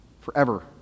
forever